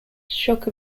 shock